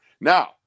Now